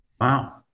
Wow